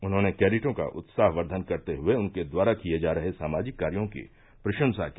उन्होंने कैडिटों का उत्साहक्यन करते हुए उनके द्वारा किये जा रहे सामाजिक कार्यो की प्रशंसा की